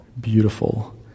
beautiful